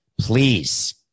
Please